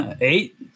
eight